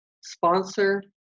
sponsor